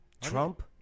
Trump